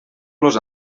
los